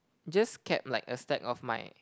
just kept like a stack of my